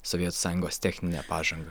sovietų sąjungos technine pažanga